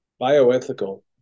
bioethical